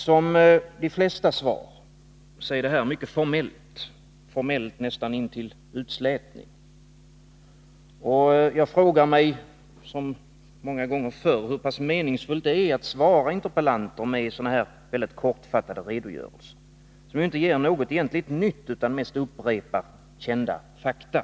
Som de flesta svar är även detta mycket formellt, formellt nästan intill utslätning. Jag frågar mig hur pass meningsfullt det är att svara interpellanter med sådana här kortfattade redogörelser, som egentligen inte ger någonting nytt utan mest upprepar kända fakta.